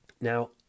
now